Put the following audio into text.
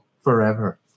Forever